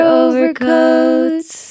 overcoats